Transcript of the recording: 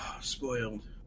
spoiled